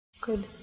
Good